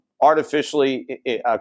artificially